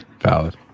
Valid